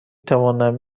توانم